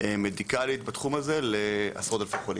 מדיקלית בתחום הזה לעשרות אלפי חולים.